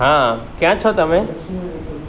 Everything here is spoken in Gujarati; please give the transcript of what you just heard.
હા ક્યાં છો તમે